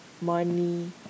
Money